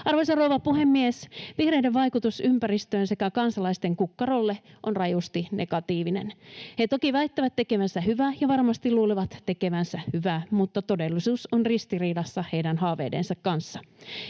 Arvoisa rouva puhemies! Vihreiden vaikutus ympäristöön sekä kansalaisten kukkarolle on rajusti negatiivinen. He toki väittävät tekevänsä hyvää ja varmasti luulevat tekevänsä hyvää, mutta todellisuus on ristiriidassa heidän haaveidensa kanssa.